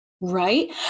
Right